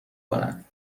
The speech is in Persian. کند